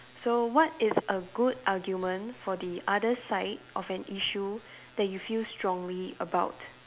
so what is a good argument for the other side of an issue that you feel strongly about